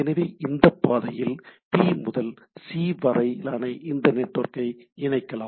எனவே இந்தப் பாதையில் பி முதல் சி வரையிலான இந்த நெட்வொர்க்கை இணைக்கலாம்